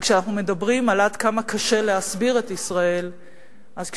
וכשאנחנו מדברים על עד כמה קשה להסביר את ישראל בחוץ,